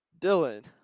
dylan